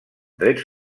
drets